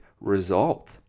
result